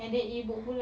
ya